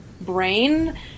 brain